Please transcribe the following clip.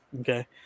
Okay